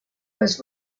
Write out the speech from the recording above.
was